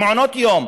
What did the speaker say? למעונות יום,